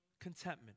Contentment